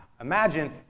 imagine